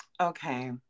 Okay